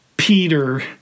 Peter